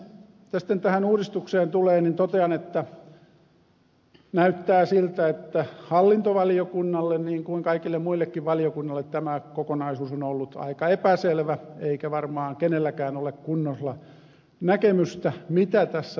mitä sitten tähän uudistukseen tulee niin totean että näyttää siltä että hallintovaliokunnalle niin kuin kaikille muillekin valiokunnille tämä kokonaisuus on ollut aika epäselvä eikä varmaan kenelläkään ole kunnolla näkemystä siitä mitä tässä tapahtuu